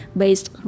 based